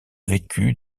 vécu